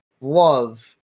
love